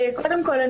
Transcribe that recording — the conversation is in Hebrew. קודם כול,